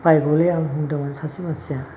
बायगौलै आं होन्दोंमोन सासे मानसिया